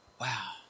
Wow